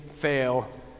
fail